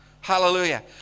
Hallelujah